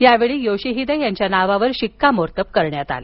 यावेळी योशिहीदे यांच्या नावावर शिक्कामोर्तब करण्यात आलं